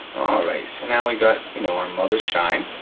all right, so now, we got you know our mother's shine.